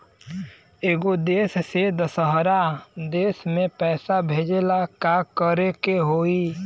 एगो देश से दशहरा देश मे पैसा भेजे ला का करेके होई?